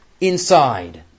inside